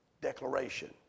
declaration